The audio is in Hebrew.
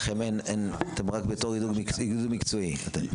לכם אין, אתם רק בתור העידוד המקצועי, אתם.